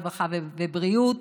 הרווחה והבריאות.